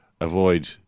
avoid